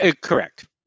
Correct